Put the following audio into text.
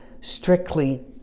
Strictly